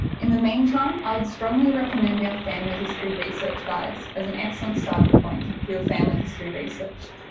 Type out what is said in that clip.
in the meantime i would strongly recommend our family history research guides as an excellent starting point for your family history research.